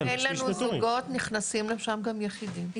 אם אין לנו זוגות, נכנסים לשם גם יחידים.